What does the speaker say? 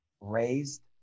raised